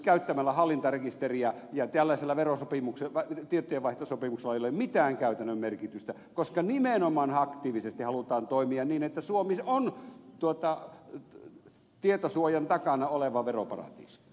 ja tällaisilla tietojenvaihtosopimuksilla ei ole mitään käytännön merkitystä koska nimenomaan aktiivisesti halutaan toimia niin että suomi on tietosuojan takana oleva veroparatiisi